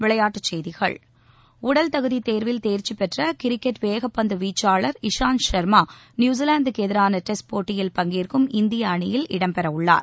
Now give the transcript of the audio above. விளையாட்டுச்செய்திகள் உடல் தகுதித் தேர்வில் தேர்ச்சி பெற்ற கிரிக்கெட் வேகப்பந்து வீச்சாளர் இஷாந்த் ஷர்மா நியூசிலாந்துக்கு எதிரான டெஸ்ட் போட்டியில் பங்கேற்கும் இந்திய அணியில் இடம் பெற உள்ளார்